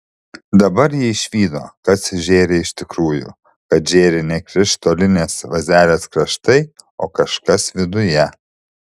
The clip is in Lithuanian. dabar ji išvydo kas žėri iš tikrųjų kad žėri ne krištolinės vazelės kraštai o kažkas viduje